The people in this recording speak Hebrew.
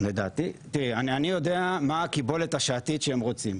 אני יודע מה הקיבלת השעתית שהם רוצים,